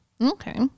Okay